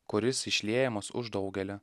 kuris išliejamas už daugelį